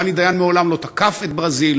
דני דיין מעולם לא תקף את ברזיל,